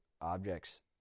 objects